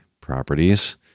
properties